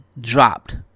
dropped